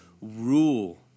rule